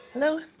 Hello